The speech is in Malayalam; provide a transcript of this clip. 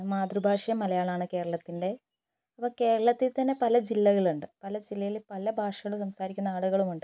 മാതൃഭാഷയും മലയാളാമാണ് കേരളത്തിൻ്റെ അപ്പം കേരളത്തിൽ തന്നെ പല ജില്ലകളുണ്ട് പല ജില്ലയിൽ പല ഭാഷകള് സംസാരിക്കുന്ന ആളുകളുമുണ്ട്